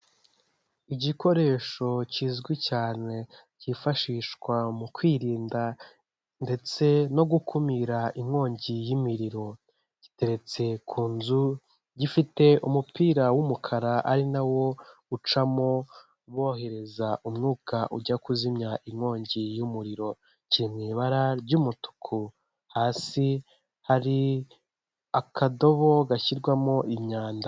Igikoresho kizwi cyane cyifashishwa mu kwirinda ndetse no gukumira inkongi y'imiriro giteretse ku nzu, gifite umupira w'umukara ari na wo ucamo wohereza umwuka ujya kuzimya inkongi y'umuriro kiri mu ibara ry'umutuku, hasi hari akadobo gashyirwamo imyanda.